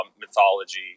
mythology